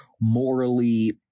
morally